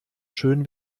schön